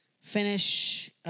finish